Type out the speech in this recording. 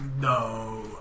no